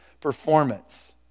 performance